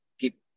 keep